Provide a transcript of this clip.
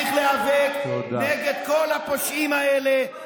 אנחנו נמשיך להיאבק נגד כל הפושעים האלה,